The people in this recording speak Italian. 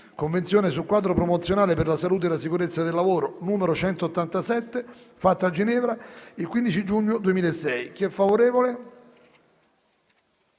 Convenzione sul quadro promozionale per la salute e la sicurezza sul lavoro, n. 187, fatta a Ginevra il 15 giugno 2006***